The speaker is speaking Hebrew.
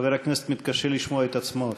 חבר הכנסת מתקשה לשמוע את עצמו אפילו.